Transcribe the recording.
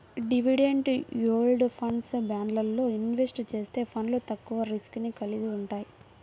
dividend yield ఫండ్లు, బాండ్లల్లో invest చేసే ఫండ్లు తక్కువ రిస్క్ ని కలిగి వుంటయ్యి